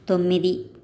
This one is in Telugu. తొమ్మిది